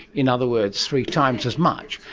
in other words, three times as much.